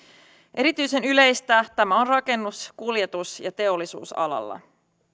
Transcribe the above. erityisen yleistä tämä on rakennus kuljetus ja teollisuusalalla